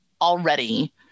already